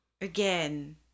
Again